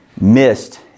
missed